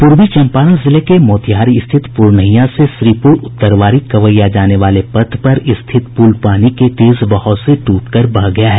पूर्वी चम्पारण जिले के मोतिहारी स्थित पुरनहियां से श्रीपुर उत्तरवारी कवैया जाने वाले पथ पर स्थित पुल पानी के तेज बहाव से टूट कर बह गया है